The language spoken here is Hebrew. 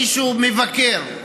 מישהו מבקר,